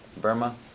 Burma